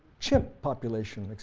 chimp population,